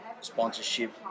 sponsorship